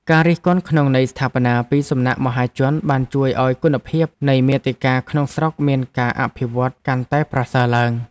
ការរិះគន់ក្នុងន័យស្ថាបនាពីសំណាក់មហាជនបានជួយឱ្យគុណភាពនៃមាតិកាក្នុងស្រុកមានការអភិវឌ្ឍកាន់តែប្រសើរឡើង។